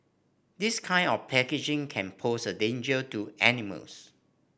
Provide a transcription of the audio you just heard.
this kind of packaging can pose a danger to animals